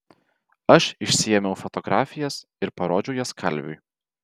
aš išsiėmiau fotografijas ir parodžiau jas kalviui